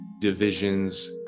divisions